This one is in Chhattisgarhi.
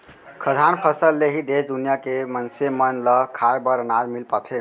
खाद्यान फसल ले ही देस दुनिया के मनसे मन ल खाए बर अनाज मिल पाथे